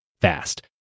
fast